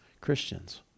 Christians